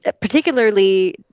particularly